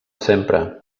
sempre